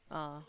oh